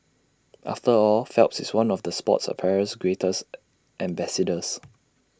after all Phelps is one of the sports apparels greatest ambassadors